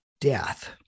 death